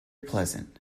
pleasant